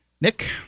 Nick